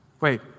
Wait